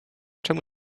czemu